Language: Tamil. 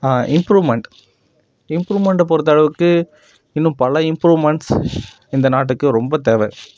இம்ப்ரூமண்ட் இம்ப்ரூமண்ட்டை பொறுத்தளவுக்கு இன்னும் பல இம்ப்ரூமண்ட்ஸ் இந்த நாட்டுக்கு ரொம்ப தேவை